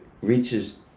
reaches